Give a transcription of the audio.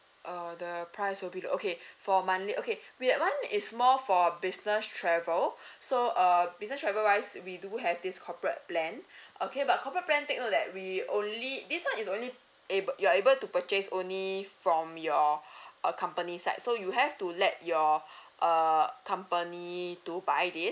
uh the price will be okay for monthly okay with that one is more for business travel so uh business travel wise we do have these corporate plan okay but corporate plan take note that we only this one is only able you're able to purchase only from your uh company side so you have to let your err company to buy this